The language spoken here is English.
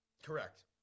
Correct